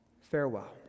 Farewell